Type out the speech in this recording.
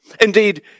Indeed